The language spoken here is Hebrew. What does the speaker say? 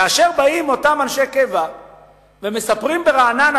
כאשר באים אותם אנשי קבע ומספרים ברעננה,